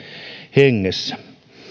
hengessä